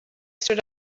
stood